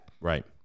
Right